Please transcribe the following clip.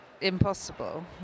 impossible